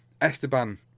Esteban